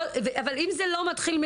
לא אמרתי תיקוני חקיקה.